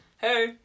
Hey